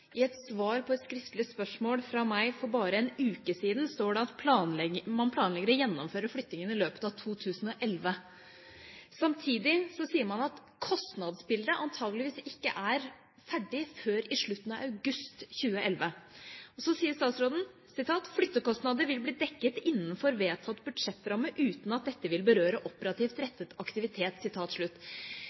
I et svar på et skriftlig spørsmål fra meg for bare én uke siden står det at man planlegger å gjennomføre flyttingen i løpet av 2011. Samtidig sier man at kostnadsbildet antageligvis ikke er ferdig før i slutten av august 2011. Så sier statsråden: «Flyttekostnader vil bli dekket innenfor vedtatt budsjettramme uten at dette vil berøre operativt rettet aktivitet.»